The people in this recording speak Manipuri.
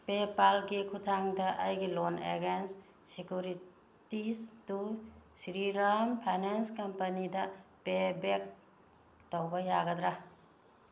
ꯄꯦꯄꯥꯜꯒꯤ ꯈꯨꯊꯥꯡꯗ ꯑꯩꯒꯤ ꯂꯣꯟ ꯑꯦꯒꯦꯟꯁ ꯁꯦꯀꯨꯔꯤꯇꯤꯁꯇꯨ ꯁ꯭ꯔꯤꯔꯥꯝ ꯐꯥꯏꯅꯥꯁ ꯀꯃꯄꯅꯤꯗ ꯄꯦꯕꯦꯛ ꯇꯧꯕ ꯌꯥꯒꯗ꯭ꯔꯥ